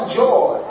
joy